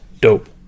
dope